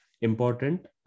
important